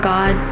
God